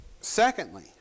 secondly